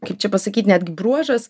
kaip čia pasakyt netgi bruožas